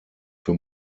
für